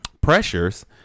pressures